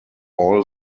all